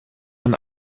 man